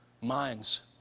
minds